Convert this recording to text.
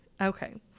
Okay